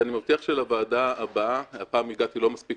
ואני מבטיח שלישיבה הבאה הפעם הגעתי לא מספיק